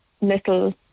little